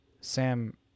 Sam